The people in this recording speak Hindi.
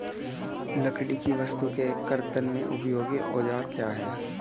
लकड़ी की वस्तु के कर्तन में उपयोगी औजार क्या हैं?